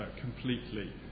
completely